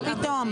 מה פתאום?